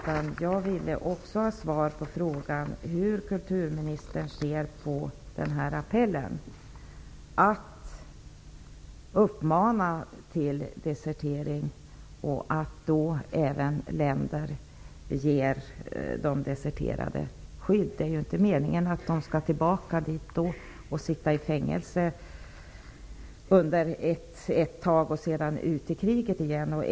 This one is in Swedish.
Jag ville också ha svar på frågan hur kulturministern ser på appellen, på att man uppmanar till desertering och på att länder även ger desertörerna skydd. Det är ju inte meningen att de skall tillbaka och sitta i fängelse under en tid och sedan skickas ut i kriget igen.